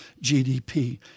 GDP